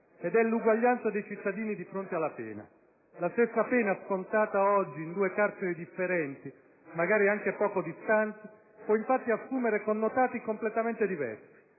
ed è l'uguaglianza dei cittadini di fronte alla pena. La stessa pena, scontata oggi in due carceri differenti, magari anche poco distanti, può infatti assumere connotati completamente diversi.